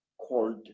called